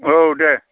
औ दे